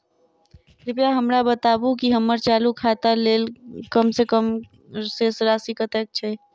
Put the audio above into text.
कृपया हमरा बताबू की हम्मर चालू खाता लेल कम सँ कम शेष राशि कतेक छै?